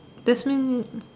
that means